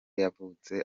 yavutse